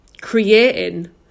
creating